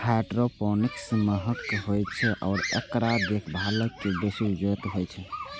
hydroponics महंग होइ छै आ एकरा देखभालक बेसी जरूरत होइ छै